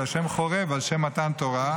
זה על שם חורב, על שם מתן תורה.